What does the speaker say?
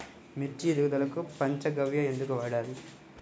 మిర్చి ఎదుగుదలకు పంచ గవ్య ఎందుకు వాడాలి?